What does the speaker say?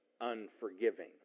unforgiving